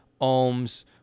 ohms